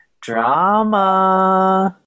Drama